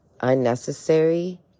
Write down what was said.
unnecessary